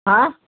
हा